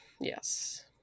Yes